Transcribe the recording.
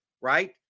right